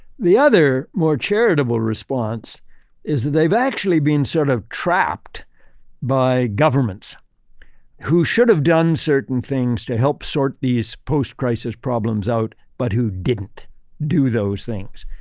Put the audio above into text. the other, more charitable response is that they've actually been sort of trapped by governments who should have done certain things to help sort these post crisis problems out, but who didn't do those things.